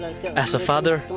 so as a father,